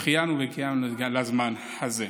ה' אלוהינו מלך העולם שהחיינו וקיימנו והגיענו לזמן הזה".